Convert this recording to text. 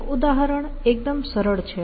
એક ઉદાહરણ એકદમ સરળ છે